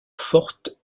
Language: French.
forte